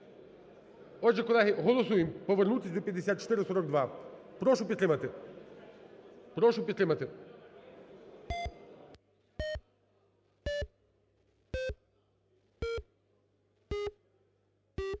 Отже, колеги, голосуємо повернутись до 5442. Прошу підтримати. Прошу підтримати.